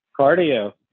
cardio